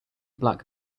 black